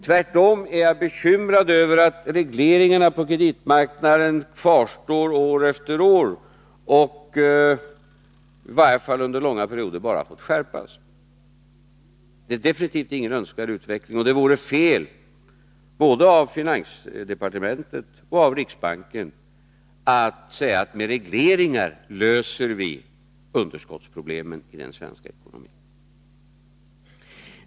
Tvärtom är jag bekymrad över att regleringarna på kreditmarknaden kvarstår år efter år, och att de i varje fall under långa perioder bara har fått skärpas. Det är definitivt ingen önskvärd utveckling, och det vore fel både av finansdepartementet och av riksbanken att säga att med regleringar löser vi underskottsproblemen i den svenska ekonomin.